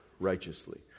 righteously